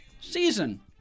season